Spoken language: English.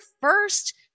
first